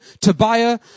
Tobiah